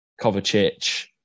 Kovacic